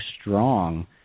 strong